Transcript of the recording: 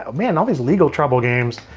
i mean and all these legal trouble games.